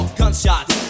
gunshots